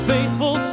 Faithful